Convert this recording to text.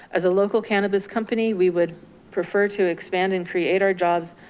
as a local cannabis company we would prefer to expand and create our jobs